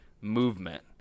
movement